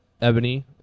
ebony